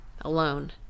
alone